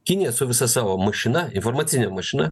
kinija su visa savo mašina informacine mašina